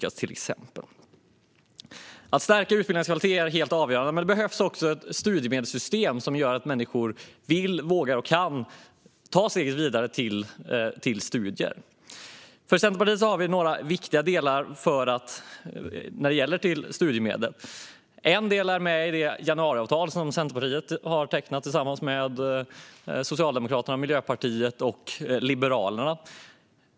Att stärka utbildningarnas kvalitet är helt avgörande, men det behövs också ett studiemedelssystem som gör att människor vill, vågar och kan ta steget vidare till studier. Centerpartiet har några viktiga punkter vad gäller studiemedel. En är med i det januariavtal som Centerpartiet har tecknat med Socialdemokraterna, Miljöpartiet och Liberalerna.